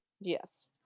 yes